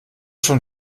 schon